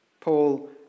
Paul